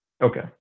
Okay